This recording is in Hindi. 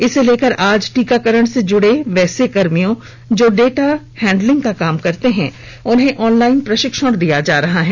इसे लेकर आज टीकाकरण से जुड़े वैसे कर्मियों जो डाटा हैंडलिंग का काम करते हैं उनको ऑनलाइन प्रशिक्षण दिया जा रहा है